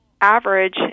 average